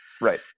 right